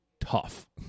tough